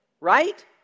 right